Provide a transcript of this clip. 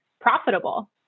profitable